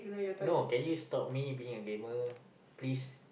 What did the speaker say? no can you stop me being a gamer please